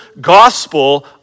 gospel